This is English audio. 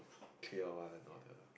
clear one or the